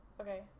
Okay